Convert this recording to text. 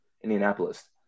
Indianapolis